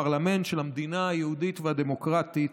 הפרלמנט של המדינה היהודית והדמוקרטית,